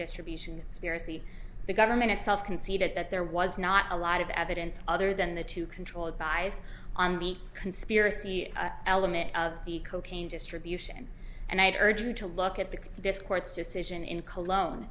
distribution spirity the government itself conceded that there was not a lot of evidence other than the to control it buys on the conspiracy element of the cocaine distribution and i'd urge you to look at the this court's decision in cologne